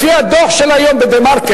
לפי הדוח של היום ב"דה-מרקר",